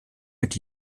mit